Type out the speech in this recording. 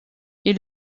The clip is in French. ils